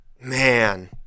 Man